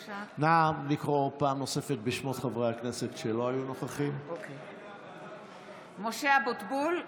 (קוראת בשמות חברי הכנסת) משה אבוטבול,